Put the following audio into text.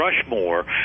Rushmore